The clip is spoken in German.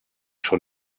schon